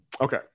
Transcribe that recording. Okay